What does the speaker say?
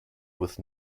with